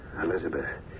Elizabeth